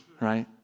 right